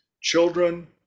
children